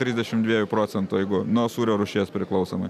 trisdešim dviejų procentų jeigu nuo sūrio rūšies priklausomai